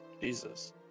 Jesus